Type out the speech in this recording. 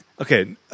okay